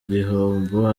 gihombo